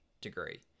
degree